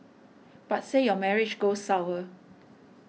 but say your marriage goes sour